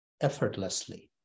effortlessly